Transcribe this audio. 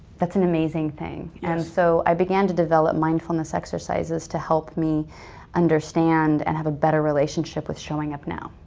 that's an amazing thing. yes. and so i began to develop mindfulness exercises to help me understand and have a better relationship with showing up now.